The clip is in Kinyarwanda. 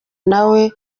nawe